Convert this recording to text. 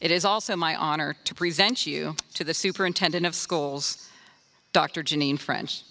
it is also my honor to present you to the superintendent of schools dr janine french